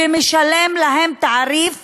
ומשלם להן תעריף